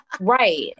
Right